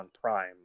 Prime